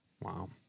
Wow